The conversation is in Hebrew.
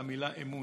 למילה "אמון":